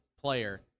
player